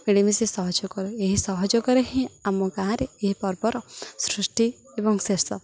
ମିଳିମିଶି ସହଯୋଗ କର ଏହି ସହଯୋଗରେ ହିଁ ଆମ ଗାଁରେ ଏହି ପର୍ବର ସୃଷ୍ଟି ଏବଂ ଶେଷ